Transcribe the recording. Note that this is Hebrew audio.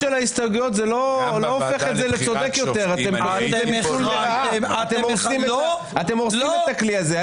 בסדר, ראינו את ההסתייגויות.